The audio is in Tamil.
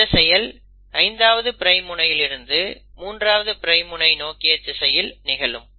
இந்த செயல் 5ஆவது பிரைம் முனையிலிருந்து 3ஆவது பிரைம் முனை நோக்கிய திசையில் நிகழும்